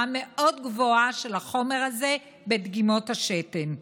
מאוד גבוהה של החומר הזה בדגימות השתן.